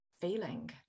feeling